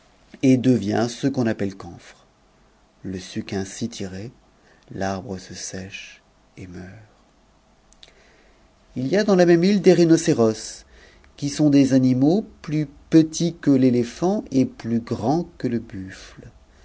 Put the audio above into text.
et devient ce que l'on appelle camphrele suc ainsi tiré l'arbre se sèche et meurt h y a dans la même me des rhinocéros qui sont des animaux plus petits que l'éléphant et plus grands que le buffle